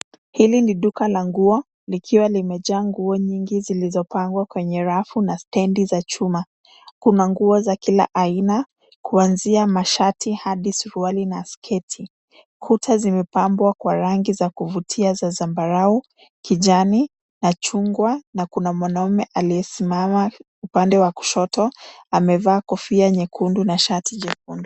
Hili ni duka la nguo, likiwa limejaa nguo nyingi zilizopangwa kwenye rafu na stendi za chuma. Kuna nguo za kila aina kuanzia mashati, hadi suruali na sketi. Kuta zimepambwa kwa rangi za kuvutia za zambarau, kijani na chungwa. Na kuna mwanaume aliyesimama upande wa kushoto, amevaa kofia nyekundu na shati jekundu.